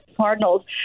Cardinals